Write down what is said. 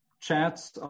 chats